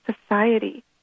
society